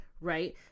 right